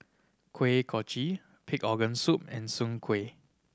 Kuih Kochi pig organ soup and Soon Kueh